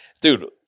Dude